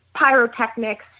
pyrotechnics